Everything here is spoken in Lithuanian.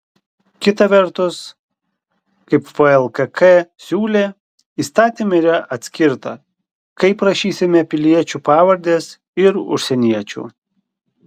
kita vertus kaip vlkk siūlė įstatyme yra atskirta kaip rašysime piliečių pavardes ir užsieniečių